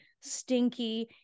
stinky